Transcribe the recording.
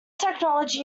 technology